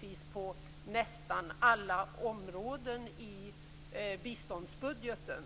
sig på nästan alla områden i biståndsbudgeten.